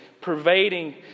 pervading